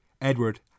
Edward